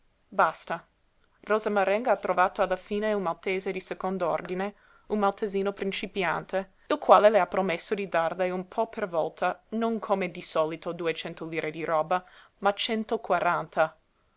basta rosa marenga ha trovato alla fine un maltese di second'ordine un maltesino principiante il quale le ha promesso di darle un po per volta non come di solito duecento lire di roba ma centoquaranta